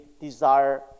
desire